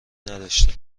نداشته